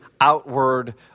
outward